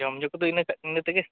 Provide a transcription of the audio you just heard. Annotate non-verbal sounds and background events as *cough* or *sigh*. ᱡᱚᱢᱼᱧᱩ ᱠᱚᱫᱚ *unintelligible* ᱤᱱᱟᱹᱛᱮᱜᱮ